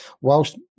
whilst